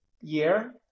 year